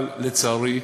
אבל, לצערי,